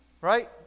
right